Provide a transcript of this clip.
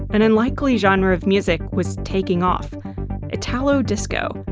an unlikely genre of music was taking off italo-disco.